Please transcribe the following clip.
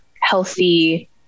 healthy